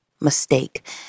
mistake